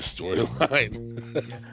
storyline